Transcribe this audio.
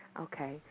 Okay